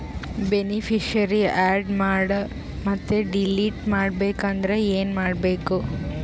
Beneficiary, add ಮಾಡಿ ಮತ್ತೆ delete ಮಾಡಬೇಕೆಂದರೆ ಏನ್ ಮಾಡಬೇಕು?